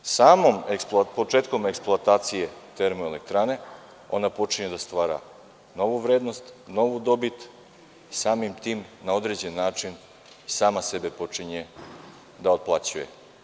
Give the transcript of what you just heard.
Početkom eksploatacije termoelektrane, ona počinje da stvara novu vrednost, novu dobit, a samim tim na određeni način sama sebe počinje da otplaćuje.